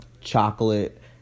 chocolate